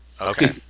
Okay